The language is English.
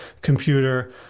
computer